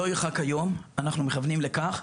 לא ירחק היום, אנחנו מכוונים לכך,